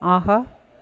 ஆஹா